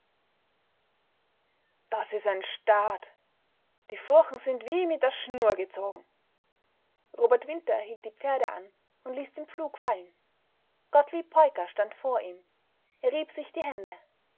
das is ein staat die furchen sind wie mit der schnur gezogen robert winter hielt die pferde an und ließ den pflug fallen gottlieb peuker stand vor ihm er rieb sich die hände